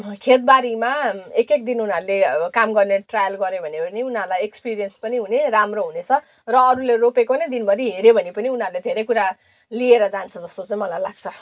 खेतबारीमा एक एक दिन उनीहरूले काम गर्ने ट्रायल गऱ्यो भने पनि उनीहरूलाई एक्सपिरियन्स पनि हुने राम्रो हुनेछ र अरूले रोपेको नै दिनभरि हेऱ्यो भने पनि उनीहरूले धेरै कुरा लिएर जान्छ जस्तो चाहिँ मलाई लाग्छ